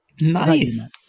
nice